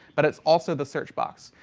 but it's also the search box.